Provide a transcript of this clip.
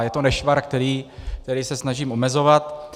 Je to nešvar, který se snažím omezovat.